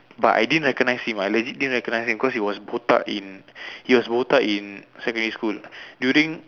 but I didn't recognise him I legit didn't recognise because he was botak in he was botak in secondary school during